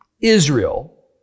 Israel